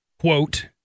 quote